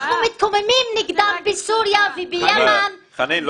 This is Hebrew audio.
אנחנו מתקוממים נגדם בסוריה --- חנין,